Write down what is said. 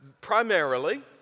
primarily